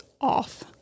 off